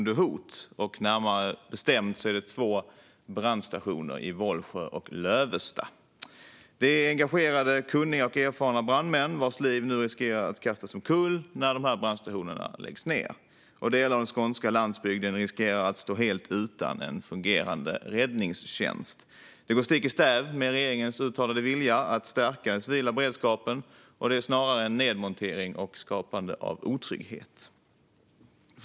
Det handlar närmare bestämt om två brandstationer - i Vollsjö och i Lövestad. Det är engagerade, kunniga och erfarna brandmän vars liv nu riskerar att kastas omkull när dessa brandstationer läggs ned. Delar av den skånska landsbygden riskerar att stå helt utan en fungerande räddningstjänst. Detta går stick i stäv med regeringens uttalade vilja att stärka den civila beredskapen. Det är snarare en nedmontering och skapande av otrygghet.